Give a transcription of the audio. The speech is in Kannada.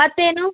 ಮತ್ತು ಏನು